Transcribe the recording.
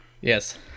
Yes